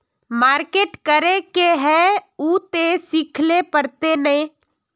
Market करे है उ ते सिखले पड़ते नय?